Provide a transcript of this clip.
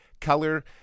color